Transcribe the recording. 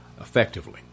effectively